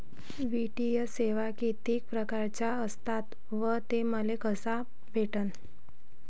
वित्तीय सेवा कितीक परकारच्या असतात व मले त्या कशा भेटन?